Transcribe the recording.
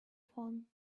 phone